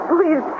Please